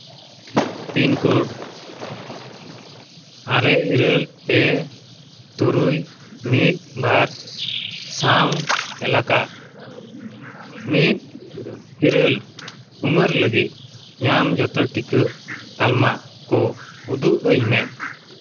pin code ᱟᱨᱮ ᱤᱨᱟᱹᱞ ᱯᱮ ᱛᱩᱨᱩᱭ ᱢᱤᱫ ᱵᱟᱨ ᱥᱟᱶ ᱮᱞᱟᱠᱟ ᱢᱤᱫ ᱤᱨᱟᱹᱞ ᱩᱢᱟᱹᱨ ᱞᱟᱹᱜᱤᱫ ᱧᱟᱢ ᱡᱚᱛᱚ ᱴᱤᱠᱟᱹ ᱛᱟᱞᱢᱟ ᱠᱚ ᱩᱫᱩᱜ ᱟᱹᱧᱢᱮ